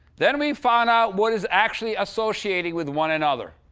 then we found out what is actually associating with one another.